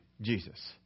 Jesus